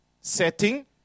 setting